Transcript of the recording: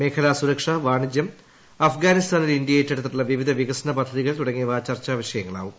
മേഖലാ സുരക്ഷ വാണിജ്യം അഫ്ഗാനിസ്ഥാനിൽ ഇന്ത്യ ഏറ്റെടുത്തിട്ടുള്ള വിവിധ വികസന പദ്ധതികൾ തുടങ്ങിയവ ചർച്ചാവിഷയങ്ങളാവും